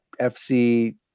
FC